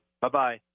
Bye-bye